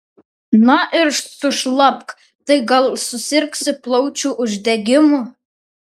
na ir sušlapk tai gal susirgsi plaučių uždegimu